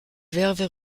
verve